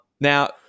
Now